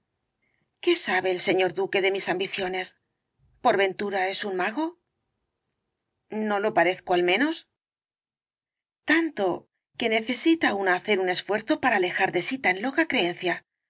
qué sabe el señor duque de mis ambiciones por ventura es un mago no lo parezco al menos tanto que necesita una hacer un esfuerzo para alejar de sí tan loca creencia